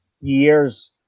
years